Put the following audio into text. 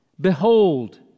behold